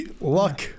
luck